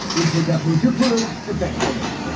we'll protect her, duroux. and thanks for listening